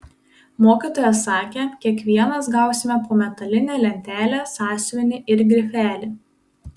mokytoja sakė kiekvienas gausime po metalinę lentelę sąsiuvinį ir grifelį